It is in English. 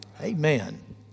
Amen